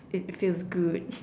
it it feels good